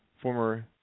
former